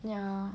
yeah